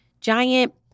Giant